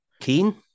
keen